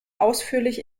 ausführlich